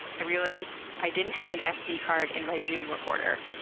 i realized i didn't have an sd card in my zoom recorder.